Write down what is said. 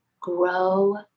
grow